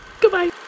Goodbye